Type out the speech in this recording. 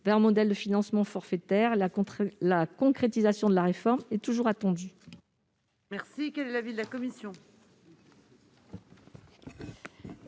vers un modèle de financement forfaitaire, mais la concrétisation de cette réforme est toujours attendue.